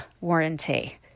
warranty